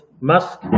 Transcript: musk